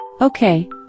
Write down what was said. Okay